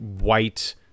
white